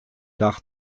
dach